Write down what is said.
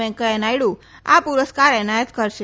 વેંકૈયા નાયડુ આ પુરસ્કાર એનાયત કરશે